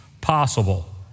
possible